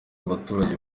abaturage